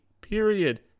period